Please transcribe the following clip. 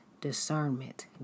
discernment